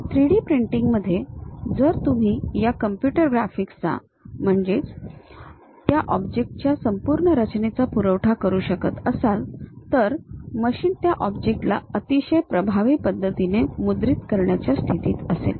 3D प्रिंटिंगमध्ये जर तुम्ही ह्या कॉम्प्युटर ग्राफिक्स चा म्हणजेच त्या ऑब्जेक्टच्या संपूर्ण रचनेचा पुरवठा करू शकत असाल तर मशीन त्या ऑब्जेक्टला अतिशय प्रभावी पद्धतीने मुद्रित करण्याच्या स्थितीत असेल